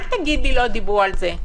אל תגיד לי שלא דיברו על זה.